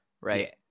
Right